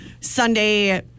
Sunday